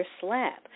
slap